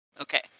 Okay